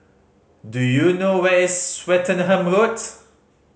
do you know where is Swettenham Roads